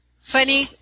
funny